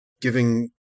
giving